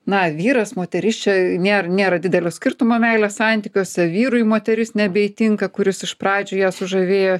na vyras moteris čia nėr nėra didelio skirtumo meilės santykiuose vyrui moteris nebeįtinka kuris iš pradžių ją sužavėjo